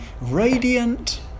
radiant